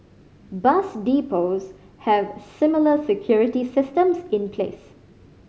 bus depots have similar security systems in place